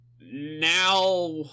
Now